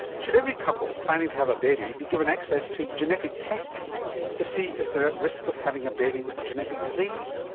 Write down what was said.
should every couple planning to have a baby be given access to genetic testing to see if they are at risk of having a baby with a genetic disease?